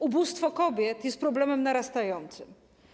Ubóstwo kobiet jest problemem narastającym.